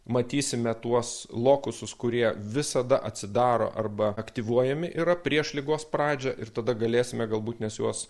matysime tuos lokusus kurie visada atsidaro arba aktyvuojami yra prieš ligos pradžią ir tada galėsime galbūt mes juos